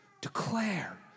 Declare